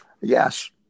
Yes